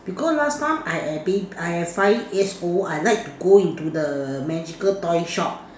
because last time I at bab~ I at five years old I like to go into the magical toyshop